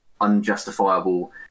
unjustifiable